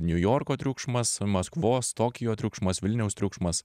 niujorko triukšmas maskvos tokijo triukšmas vilniaus triukšmas